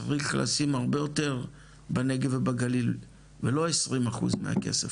צריך לשים הרבה יותר בנגב ובגליל ולא 20% מהכסף.